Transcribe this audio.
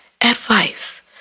Advice